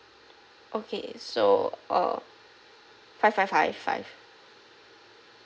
okay so uh five five five five